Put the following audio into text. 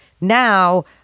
Now